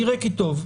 אם נראה כי טוב.